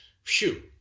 Phew